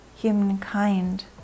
humankind